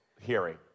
hearing